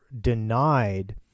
denied